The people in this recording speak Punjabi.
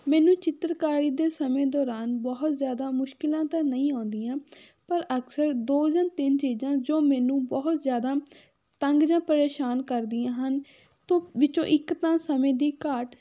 ਮੈਨੂੰ ਚਿੱਤਰਕਾਰੀ ਦੇ ਸਮੇਂ ਦੌਰਾਨ ਬਹੁਤ ਜ਼ਿਆਦਾ ਮੁਸ਼ਕਲਾਂ ਤਾਂ ਨਹੀਂ ਆਉਂਦੀਆਂ ਪਰ ਅਕਸਰ ਦੋ ਜਾਂ ਤਿੰਨ ਚੀਜ਼ਾਂ ਜੋ ਮੈਨੂੰ ਬਹੁਤ ਜ਼ਿਆਦਾ ਤੰਗ ਜਾਂ ਪਰੇਸ਼ਾਨ ਕਰਦੀਆਂ ਹਨ ਵਿੱਚੋਂ ਇੱਕ ਤਾਂ ਸਮੇਂ ਦੀ ਘਾਟ